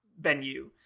venue